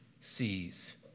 sees